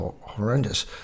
horrendous